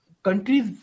Countries